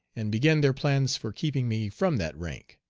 and began their plans for keeping me from that rank.